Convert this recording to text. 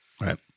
Right